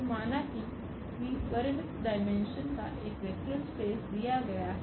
तो माना कि V परिमित डायमेंशन n का एक वेक्टर स्पेस दिया गया है